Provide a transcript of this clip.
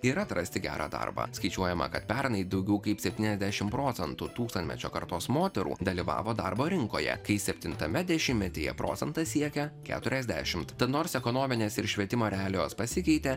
ir atrasti gerą darbą skaičiuojama kad pernai daugiau kaip septyniasdešimt procentų tūkstantmečio kartos moterų dalyvavo darbo rinkoje kai septintame dešimtmetyje procentas siekia keturiasdešimt nors ekonominės ir švietimo realijos pasikeitė